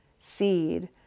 seed